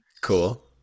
Cool